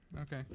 Okay